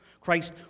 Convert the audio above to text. Christ